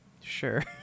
sure